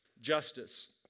justice